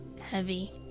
heavy